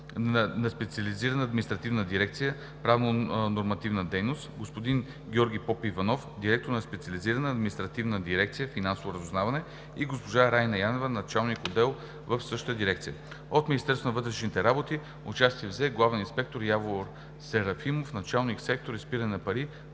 на Специализирана административна дирекция „Правно-нормативна дейност“, господин Георги Попиванов – директор на Специализирана административна дирекция „Финансово разузнаване“, и госпожа Райна Янева – началник отдел в същата дирекция. От Министерството на вътрешните работи участие взе главен инспектор Явор Серафимов – началник сектор „Изпиране на пари“